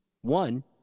one